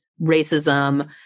racism